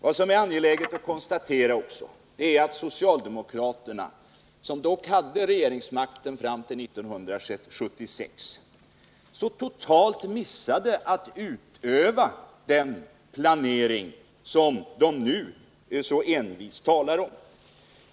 Vad som är angeläget att konstatera är att socialdemokraterna, som hade regeringsmakten fram till 1976, så totalt missade att utöva den planering som de nu så envist talar om.